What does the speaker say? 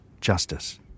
Justice